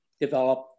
develop